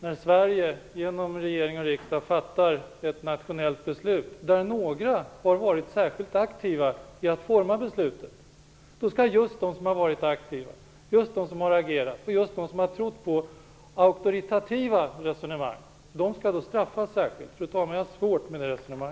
När Sverige genom regering och riksdag fattar ett nationellt beslut vid vars utformning några har varit särskilt aktiva, skall just de som har agerat och som har trott på auktoritativa resonemang straffas särskilt.